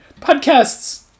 podcasts